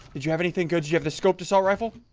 did you have anything good you have this scope to sell rifle